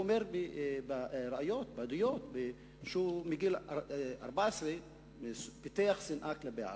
הוא אומר בראיות ובעדויות שהוא מגיל 14 פיתח שנאה כלפי ערבים,